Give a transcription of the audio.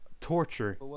Torture